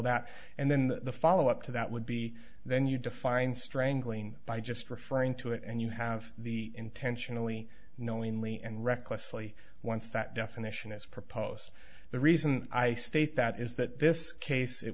that and then the follow up to that would be then you define strangling by just referring to it and you have the intentionally knowingly and recklessly once that definition is proposed the reason i state that is that this case it